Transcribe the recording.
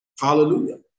Hallelujah